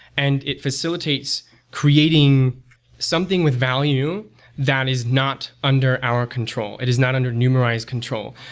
and it facilitates creating something with value that is not under our control. it is not under numerai's control.